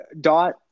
dot